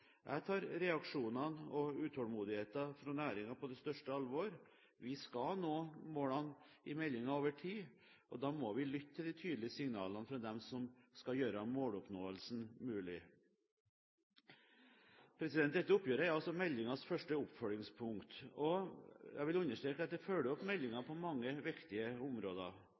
Jeg tar reaksjonene og utålmodigheten fra næringen på største alvor. Vi skal nå målene i meldingen over tid, og da må vi lytte til de tydelige signalene fra dem som skal gjøre måloppnåelsen mulig. Dette oppgjøret er meldingens første oppfølgingspunkt, og jeg vil understreke at det følger opp meldingen på mange viktige områder.